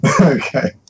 Okay